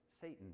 Satan